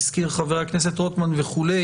שהזכיר חבר הכנסת רוטמן וכו',